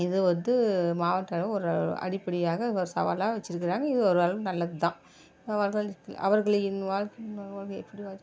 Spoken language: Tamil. இது வந்து மாவட்ட அளவு ஒரு அடிப்படையாக சவாலாக வச்சுருக்குறாங்க இது ஒரு அளவுக்கு நல்லது தான் அவர்கள் அவர்களின் வாழ்க்கை